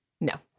No